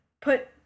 put